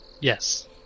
Yes